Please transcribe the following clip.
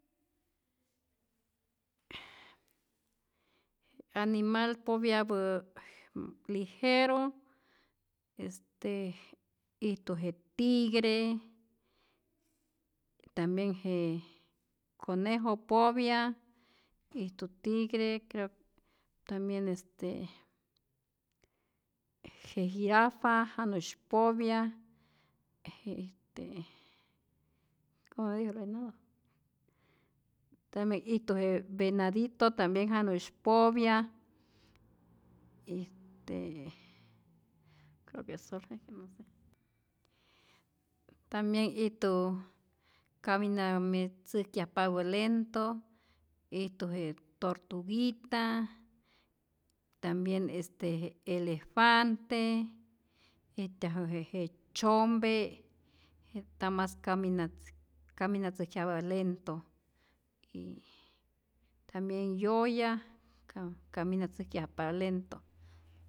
Animal popyapä lijero este ijtu je tigre, tambien je conejo popya, ijtu tigre, creo tambien este je jirafa janu'sy popya, este como se dice venado, jenä ijtu je venadito tambien janusy popya, este creo que solo eso no se, tambien ijtu caminatzäjkyajpapä lento, ijtu je tortuguita, tambien este je elefante, ijtyaju je je tzyompe, nta mas caminitzäjkyakjpa lento, tambien yoya caminatzäjkyajpa lento.